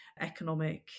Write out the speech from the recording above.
economic